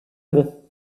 bon